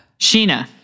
Sheena